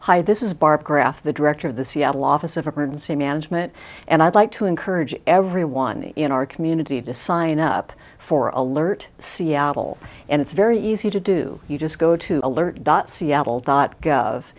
hi this is barb graf the director of the seattle office of emergency management and i'd like to encourage everyone in our community to sign up for alert seattle and it's very easy to do you just go to alert dot seattle dot gov